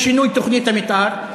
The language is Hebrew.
שינוי תוכנית המתאר.